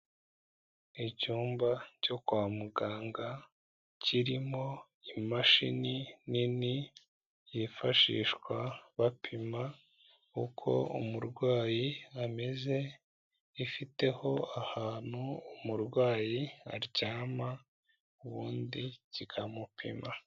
Icyumba cyo kwa muganga kirimo imashini nini yifashishwa bapima uko umurwayi ameze, ifiteho ahantu umurwayi aryama, ubundi kikamupima.